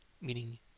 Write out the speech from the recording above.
meaning